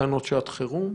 תקנות לשעת חירום,